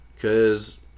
cause